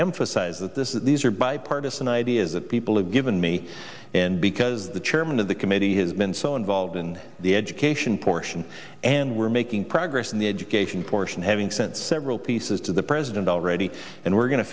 emphasize that this is these are bipartisan ideas that people have given me and because the chairman of the committee has been so involved in the education portion and we're making progress in the education portion having sent several pieces to the president already and we're going to